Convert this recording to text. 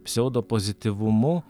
pseudo pozityvumu